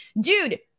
Dude